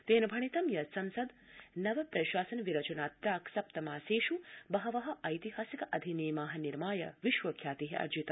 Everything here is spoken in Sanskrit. तेन भणितं यत् संसद् नव सर्वकार विरचनात् प्राक् सप्त मासेष् बहव ऐतिहासिक अधिनियमा निर्माय विश्वख्याति अर्जित